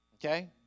Okay